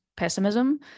pessimism